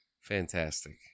Fantastic